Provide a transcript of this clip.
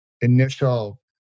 initial